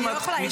אני לא יכולה,